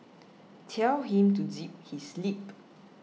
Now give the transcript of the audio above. tell him to zip his lip